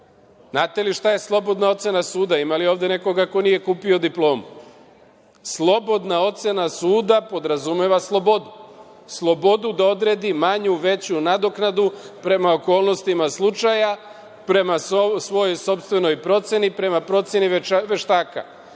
Znate li šta je slobodna ocena suda? Ima li ovde nekoga ko nije kupio diplomu? Slobodna ocena suda podrazumeva slobodu. Slobodu da odredi manju, veću nadoknadu prema okolnostima slučaja, prema svojoj sopstvenoj proceni, prema proceni veštaka.